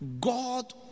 God